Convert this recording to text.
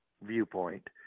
viewpoint